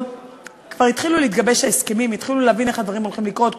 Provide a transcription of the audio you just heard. כבר התחילו להתגבש ההסכמים והתחילו להבין איך הדברים הולכים לקרות,